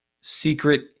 secret